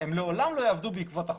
הם לעולם לא יעבדו בעקבות החוק.